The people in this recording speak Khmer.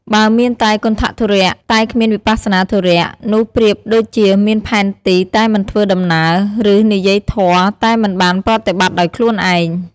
បើមានតែ គន្ថធុរៈ តែគ្មាន វិបស្សនាធុរៈ នោះប្រៀបដូចជាមានផែនទីតែមិនធ្វើដំណើរ ឬនិយាយធម៌តែមិនបានប្រតិបត្តិដោយខ្លួនឯង។